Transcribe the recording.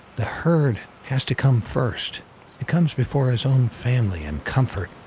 the herd has to come first it comes before his own family and comfort.